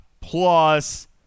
plus